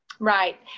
Right